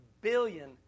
billion